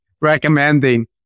recommending